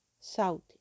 South